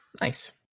Nice